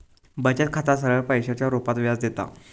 बचत खाता सरळ पैशाच्या रुपात व्याज देता